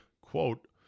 quote